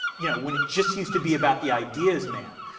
you know when it just used to be about the ideas man.